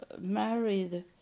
married